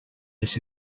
less